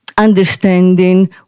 understanding